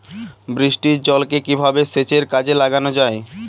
বৃষ্টির জলকে কিভাবে সেচের কাজে লাগানো যায়?